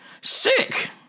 Sick